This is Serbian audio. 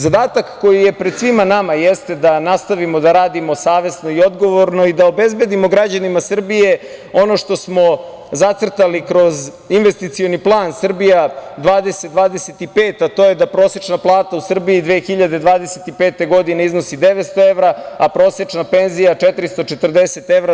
Zadatak koji je pred svima nama jeste da nastavimo da radimo savesno i odgovorno i da obezbedimo građanima Srbije ono što smo zacrtali kroz investicioni plan "Srbija 2025", a to je da prosečna plata u Srbiji 2025. godine iznosi 900 evra, a prosečna penzija 440 evra.